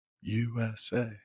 USA